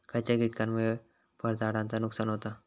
खयच्या किटकांमुळे फळझाडांचा नुकसान होता?